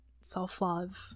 self-love